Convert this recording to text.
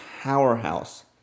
powerhouse